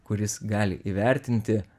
kuris gali įvertinti